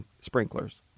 sprinklers